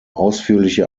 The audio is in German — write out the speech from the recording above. ausführliche